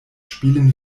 spielen